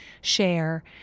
share